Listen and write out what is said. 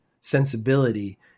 sensibility